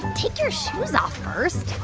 take your shoes off first.